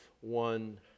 one